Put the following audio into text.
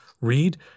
read